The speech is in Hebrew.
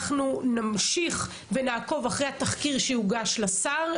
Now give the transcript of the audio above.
אנחנו נמשיך ונעקוב אחרי התחקיר שיוגש לשר,